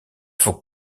faut